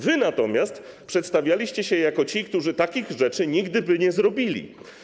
Wy natomiast przedstawialiście się jako ci, którzy takich rzeczy nigdy by nie zrobili.